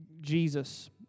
Jesus